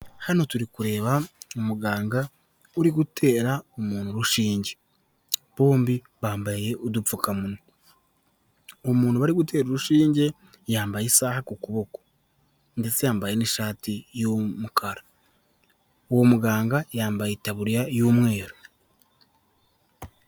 Hano turi kureba umuganga uri gutera umuntu urushinge, bombi bambaye udupfukamunwa, umuntu bari gutera urushinge yambaye isaha ku kuboko ndetse yambaye n'ishati y'umukara, uwo muganga yambaye itaburiya y'umweru.